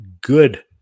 good